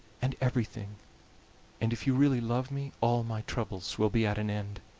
and everything and if you really love me all my troubles will be at an end.